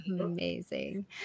amazing